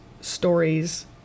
stories